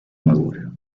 madura